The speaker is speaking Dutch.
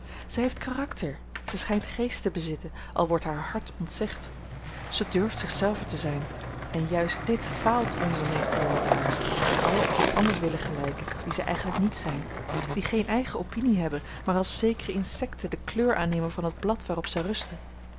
zij heeft karakter zij schijnt geest te bezitten al wordt haar hart ontzegd zij durft zich zelve zijn en juist dit faalt onze meeste jonge dames die allen op iets anders willen gelijken dat zij eigenlijk niet zijn die geene eigene opinie hebben maar als zekere insecten de kleur aannemen van het blad waarop zij rusten